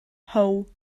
how